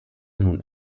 nun